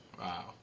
Wow